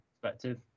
perspective